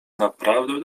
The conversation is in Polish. naprawdę